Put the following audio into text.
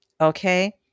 Okay